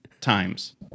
times